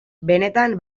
benetan